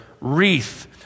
wreath